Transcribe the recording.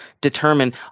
determine